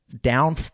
Down